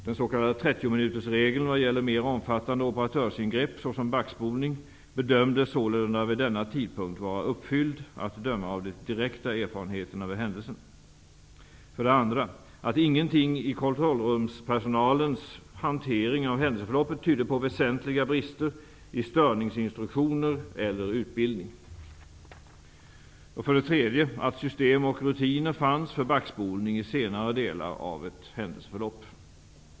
Den s.k. 30-minutersregeln vad gäller mer omfattande operatörsingrepp, såsom backspolning, bedömdes sålunda vid denna tidpunkt vara uppfylld att döma av de direkta erfarenheterna vid händelsen. Den byggde vidare på att ingenting i kontrollrumspersonalens hantering av händelseförloppet tydde på väsentliga brister i störningsinstruktioner eller utbildning samt att system och rutiner fanns för backspolning i senare delar av ett händelseförlopp.